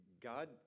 God